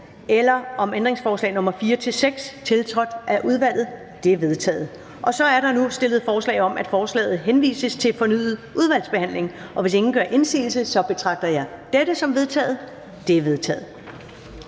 eller om ændringsforslag nr. 4-6, tiltrådt af udvalget? De er vedtaget. Der er stillet forslag om, at forslaget henvises til fornyet udvalgsbehandling, og hvis ingen gør indsigelse, betragter jeg dette som vedtaget. Det er vedtaget.